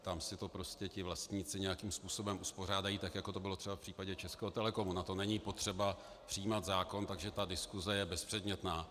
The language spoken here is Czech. Tam si to prostě ti vlastníci nějakým způsobem uspořádají, tak jako to bylo třeba v případě Českého Telecomu, na to není potřeba přijímat zákon, takže ta diskuse je bezpředmětná.